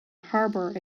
harbour